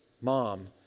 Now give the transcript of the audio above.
Mom